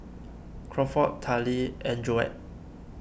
Crawford Tallie and Joette